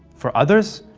for others,